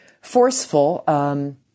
forceful